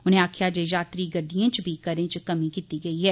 उनें आक्खेआ जे यात्री गड्डिएं च बी करें च कमी कीती गेई ऐ